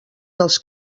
dels